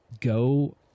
go